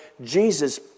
Jesus